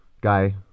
guy